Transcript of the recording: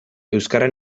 euskara